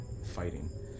fighting